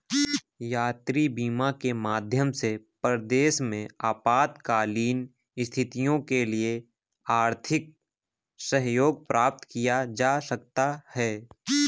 यात्री बीमा के माध्यम से परदेस में आपातकालीन स्थितियों के लिए आर्थिक सहयोग प्राप्त किया जा सकता है